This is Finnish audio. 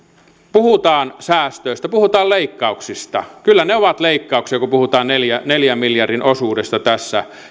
puhutaan säästöistä puhutaan leikkauksista kyllä ne ovat leikkauksia kun puhutaan neljän miljardin osuudesta tässä